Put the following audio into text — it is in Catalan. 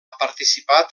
participat